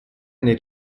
nel